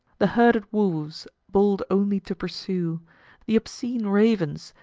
the herded wolves, bold only to pursue the obscene ravens,